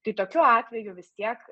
tai tokiu atveju vis tiek